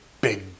big